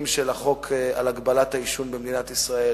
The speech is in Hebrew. של החוק להגבלת העישון במדינת ישראל.